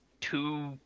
two